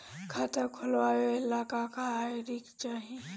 खाता खोलवावे ला का का आई.डी लागेला?